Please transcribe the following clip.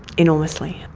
enormously.